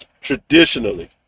traditionally